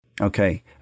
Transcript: Okay